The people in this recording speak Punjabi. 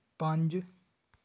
ਪੰਜ